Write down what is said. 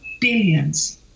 billions